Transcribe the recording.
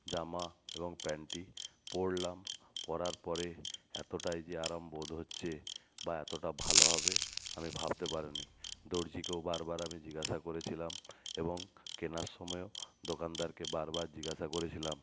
জামা এবং প্যান্টটি পরলাম পরার পরে এতোটাই যে আরাম বোধ হচ্ছে বা এতোটা ভালো হবে আমি ভাবতে পারি নি দর্জিকেও বারবার আমি জিজ্ঞাসা করেছিলাম এবং কেনার সময়ও দোকানদারকে বারবার জিজ্ঞাসা করেছিলাম